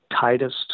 tightest